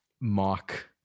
mock